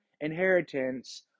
inheritance